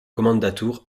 kommandantur